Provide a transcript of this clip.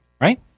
right